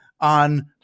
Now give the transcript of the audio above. on